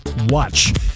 Watch